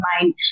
mind